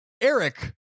Eric